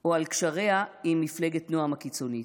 או על קשריה עם מפלגת נעם הקיצונית.